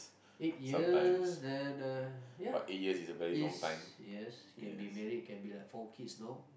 eight years then uh ya is yes can be married can be like four kids now